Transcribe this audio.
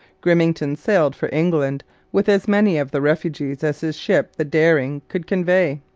grimmington sailed for england with as many of the refugees as his ship, the dering, could convey.